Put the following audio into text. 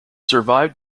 survived